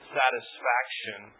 satisfaction